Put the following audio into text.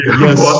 yes